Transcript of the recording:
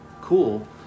cool